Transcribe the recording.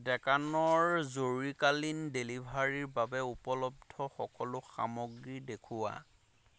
ডেকানৰ জৰুৰীকালীন ডেলিভাৰীৰ বাবে উপলব্ধ সকলো সামগ্ৰী দেখুওৱা